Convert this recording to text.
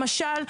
למשל,